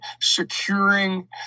securing